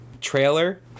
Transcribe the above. trailer